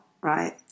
right